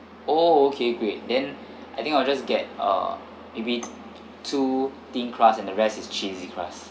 oh okay great then I think I'll just get uh maybe two thin crust and the rest is cheesy crust